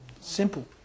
Simple